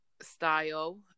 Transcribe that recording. style